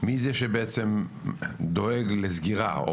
מי זה שבעצם דואג לסגירה,